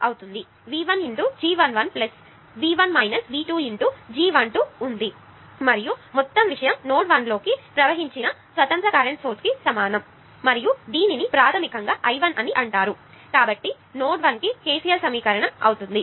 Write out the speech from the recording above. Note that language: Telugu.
కాబట్టి V1 G 1 1 V 1 V 2 × G 1 2 ఉంది మరియు మొత్తం విషయం నోడ్ 1 లోకి ప్రవహించిన స్వతంత్ర కరెంట్ సోర్స్ కి సమానం మరియు దీనిని ప్రాథమికంగా I1 అని అంటారు కాబట్టి ఇది నోడ్ 1 కి KCL సమీకరణం అవుతుంది